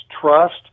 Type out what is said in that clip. trust